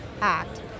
act